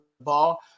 ball